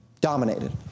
dominated